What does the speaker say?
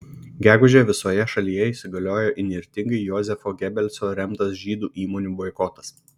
gegužę visoje šalyje įsigaliojo įnirtingai jozefo gebelso remtas žydų įmonių boikotas